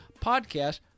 podcast